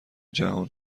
جهان